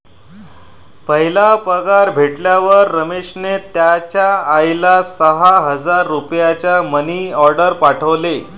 पहिला पगार भेटल्यावर रमेशने त्याचा आईला सहा हजार रुपयांचा मनी ओर्डेर पाठवले